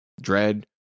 dread